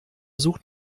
sucht